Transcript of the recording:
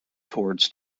towards